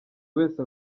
wese